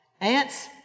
Ants